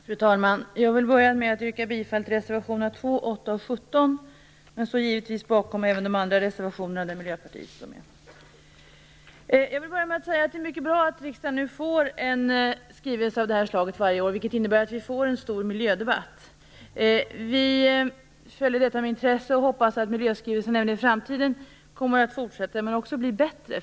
Fru talman! Jag vill börja med att yrka bifall till reservationerna 2, 8 och 17, men givetvis står jag också bakom alla andra reservationer från Miljöpartiet. Det är mycket bra att riksdagen varje år får en skrivelse av det här slaget. Det innebär att vi får en stor miljödebatt. Vi följer det här med intresse och hoppas att detta med en miljöskrivelse fortsätter även i framtiden och också blir bättre.